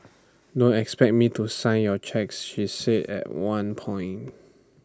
don't expect me to sign your cheques she said at one point